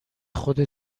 خودت